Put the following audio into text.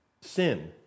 Sin